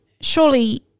surely